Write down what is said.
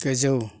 गोजौ